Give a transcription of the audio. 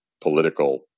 political